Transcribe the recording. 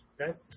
okay